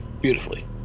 beautifully